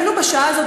אפילו בשעה הזאת,